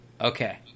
Okay